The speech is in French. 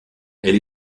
elle